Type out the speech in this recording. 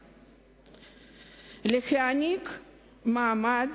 3. להעניק מעמד